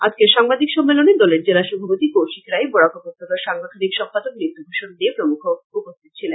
আজকের সাংবাদিক সম্মেলনে দলের জেলা সভাপতি কৌশিক রাই বরাক উপত্যকার সাংগঠনিক সম্পাদক নিত্য ভূষন দে প্রমুখ উপস্থিত ছিলেন